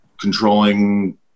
controlling